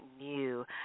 new